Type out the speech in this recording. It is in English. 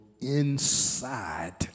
inside